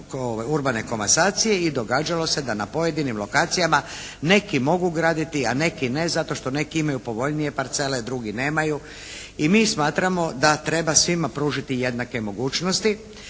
urbane komasacije i događalo se da na pojedinim lokacijama neki mogu graditi, a neki ne zato što neki imaju povoljnije parcele, drugi nemaju i mi smatramo da treba svima pružiti jednake mogućnosti,